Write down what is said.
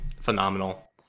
phenomenal